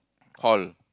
hall